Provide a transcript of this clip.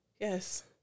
Yes